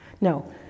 No